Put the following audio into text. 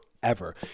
forever